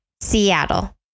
Seattle